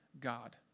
God